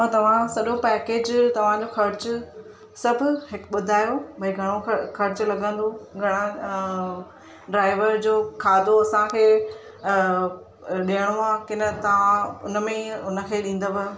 ऐं तव्हां सॼो पैकेज तव्हांजो ख़र्चु सभु हिकु ॿुधायो भाई घणो ख़र्चु लॻंदो घणा ड्राइवर जो खाधो असांखे ॾियणो आहे की न तव्हां उनमें ई उन खे ॾींदव